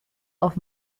auf